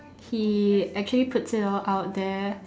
he actually puts it all out there